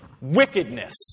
wickedness